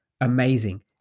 amazing